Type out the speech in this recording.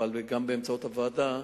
אבל גם באמצעות הוועדה: